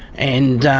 and